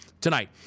tonight